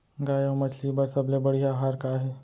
गाय अऊ मछली बर सबले बढ़िया आहार का हे?